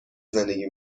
زندگی